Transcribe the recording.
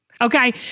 Okay